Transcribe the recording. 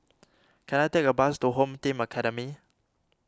can I take a bus to Home Team Academy